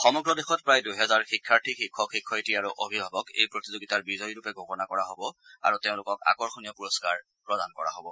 সমগ্ৰ দেশত প্ৰায় দুহেজাৰ শিক্ষাৰ্থী শিক্ষক শিক্ষয়িত্ৰী আৰু অভিভাৱক এই প্ৰতিযোগিতাৰ বিজয়ী ৰূপে ঘোষণা কৰা হ'ব আৰু তেওঁলোকক আকৰ্ষণীয় পুৰদ্বাৰ প্ৰদান কৰা হব